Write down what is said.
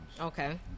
okay